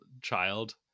child